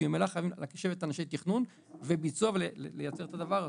כי ממילא חייבים לשבת אנשי תכנון וביצוע ולייצר את הדבר הזה.